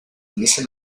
inicia